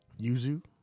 Yuzu